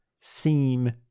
seem